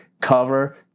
cover